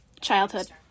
Childhood